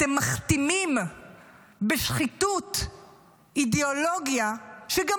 אתם מכתימים בשחיתות אידיאולוגיה שגם